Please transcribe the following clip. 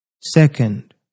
Second